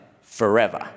forever